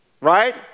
Right